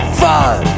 fun